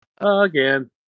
Again